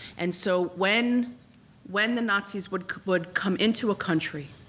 and so when when the nazis would would come into a country,